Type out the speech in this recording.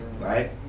right